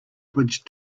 bridge